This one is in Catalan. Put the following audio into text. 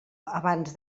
abans